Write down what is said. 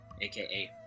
aka